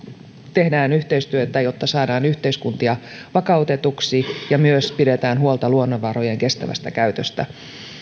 tehdään yhteistyötä jotta saadaan yhteiskuntia vakautetuiksi ja pidetään huolta myös luonnonvarojen kestävästä käytöstä